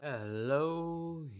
Hello